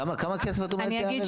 כמה כסף את אומרת שזה יעלה?